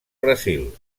brasil